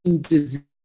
disease